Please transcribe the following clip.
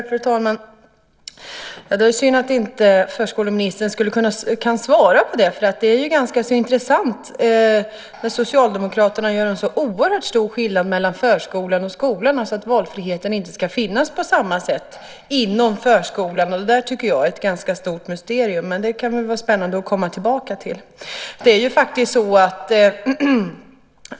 Fru talman! Det är synd att förskoleministern inte kan svara på den frågan, för det är ganska intressant att Socialdemokraterna gör en så oerhört stor skillnad mellan förskolan och skolan och anser att det inte på samma sätt ska finnas någon valfrihet inom förskolan. Jag tycker att det är ett ganska stort mysterium, men det kan väl vara spännande att komma tillbaka till det.